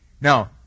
Now